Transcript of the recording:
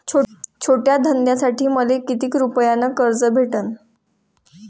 छोट्या धंद्यासाठी मले कितीक रुपयानं कर्ज भेटन?